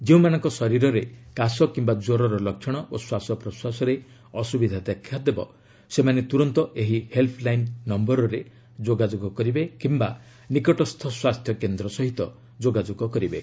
ଯେଉଁମାନଙ୍କ ଶରୀରରେ କାଶ କିମ୍ବା କ୍ୱରର ଲକ୍ଷଣ ଓ ଶ୍ୱାସପ୍ରଶ୍ୱାସରେ ଅସୁବିଧା ଦେଖାଦେବ ସେମାନେ ତୁରନ୍ତ ଏହି ହେଲ୍ଟଲାଇନ୍ ନୟରରେ ଯୋଗାଯୋଗ କରିବେ କିମ୍ବା ନିକଟସ୍ଥ ସ୍ୱାସ୍ଥ୍ୟ କେନ୍ଦ୍ର ସହ ଯୋଗାଯୋଗ କରିବେ